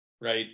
Right